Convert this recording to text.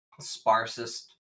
sparsest